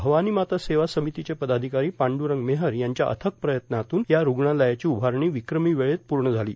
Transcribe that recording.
भवानी माता सेवा सामतीचे पदाधिकारो पांडूरंग मेहर यांच्या अथक प्रयत्नातून या रुग्णालयाची उभारणी विक्रमी वेळेत पूण झालो